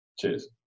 Cheers